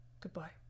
Goodbye